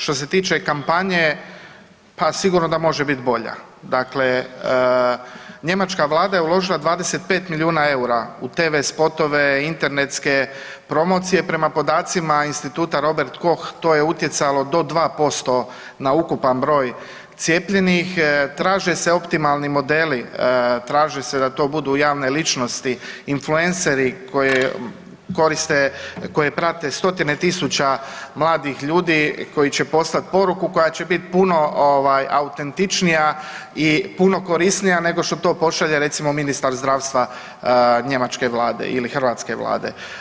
Što se tiče kampanje pa sigurno da može biti bolja, dakle njemačka vlada je uložila 25 milijuna eura u TV spotove, internetske promocije, prema podacima Instituta Robert Koch to je utjecalo do 2% na ukupan broj cijepljenih, traže se optimalni modeli, traži se da to budu javne ličnosti, influenceri koje prate stotine tisuća mladih ljudi koji će poslat poruku koja će biti puno autentičnija i puno korisnija nego što to pošalje recimo ministar zdravstva njemačke vlade ili hrvatske Vlade.